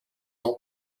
ans